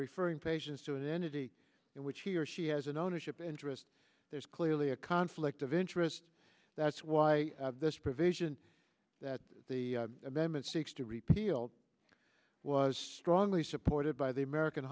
referring patients to an entity in which he or she has an ownership interest there's clearly a conflict of interest that's why this provision that the them it seeks to repeal was strongly supported by the american